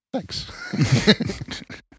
thanks